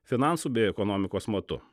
finansų bei ekonomikos matu